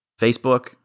Facebook